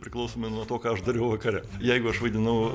priklausomai nuo to ką aš dariau vakare jeigu aš vaidinau